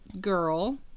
girl